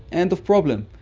and of problem.